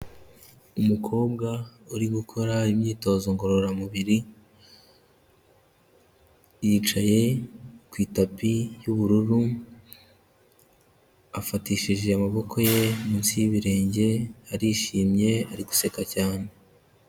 Umukobwa uri gukora imyitozo ngororamubiri, yicaye ku itapi y'ubururu afatishije amaboko ye munsi y'ibirenge arishimye ari guseka cyane.